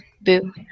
Boo